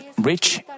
rich